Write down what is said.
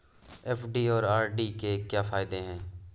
FD और RD के क्या फायदे हैं?